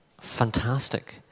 fantastic